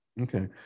Okay